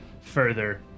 further